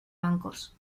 bancos